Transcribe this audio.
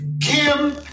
Kim